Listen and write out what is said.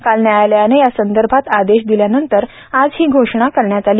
काल न्यायालयानं या संदर्भात आदेश दिल्यानंतर आज ही घोषणा करण्यात आली